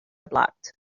blocked